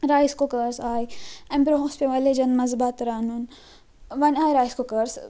rice cookers آیہِ اَمہِ برٛونٛہہ اوس پیٚوان لیٚجَن مَنٛز بَتہٕ رَنُن وۄنۍ آیہِ رایس کُکرٕس